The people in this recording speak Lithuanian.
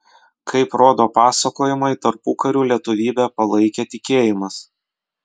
kaip rodo pasakojimai tarpukariu lietuvybę palaikė tikėjimas